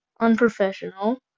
unprofessional